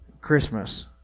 Christmas